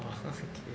okay